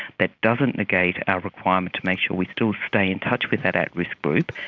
that doesn't negate our requirement to make sure we still stay in touch with that at-risk group,